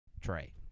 Trey